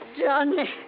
Johnny